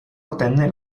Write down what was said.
ottenne